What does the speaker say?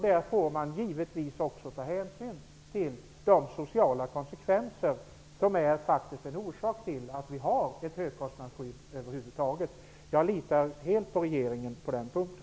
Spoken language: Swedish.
Då får man givetvis också ta hänsyn till de sociala konsekvenser som är en orsak till att vi har ett högkostnadsskydd över huvud taget. Jag litar helt på regeringen på den punkten.